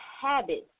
habits